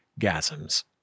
Gasms